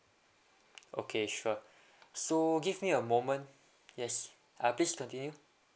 okay sure so give me a moment yes uh please continue